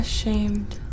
Ashamed